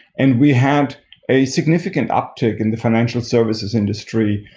and we had a significant uptake in the financial services industry,